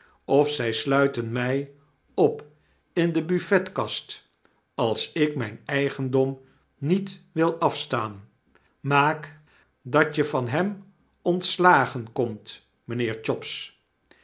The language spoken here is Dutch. of zy sluiten my op in debuffetkast als ik myn eigendom niet wil afstaan maak dat je van hen ontslagen komt mynheer chops ik